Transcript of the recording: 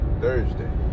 Thursday